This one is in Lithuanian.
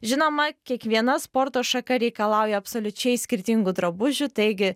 žinoma kiekviena sporto šaka reikalauja absoliučiai skirtingų drabužių taigi